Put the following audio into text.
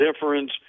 difference